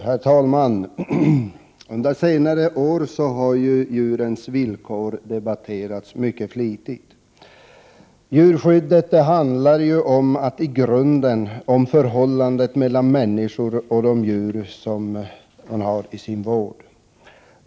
Herr talman! Under senare år har djurens villkor debatterats mycket flitigt. Djurskyddet handlar ju i grunden om förhållandet mellan människan och de djur som hon har i sin vård.